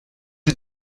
sie